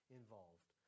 involved